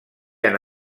han